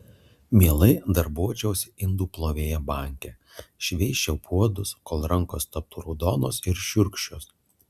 mielai darbuočiausi indų plovėja banke šveisčiau puodus kol rankos taptų raudonos ir šiurkščios